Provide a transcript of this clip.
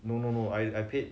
no no no I I paid